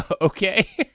Okay